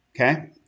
Okay